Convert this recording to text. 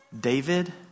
David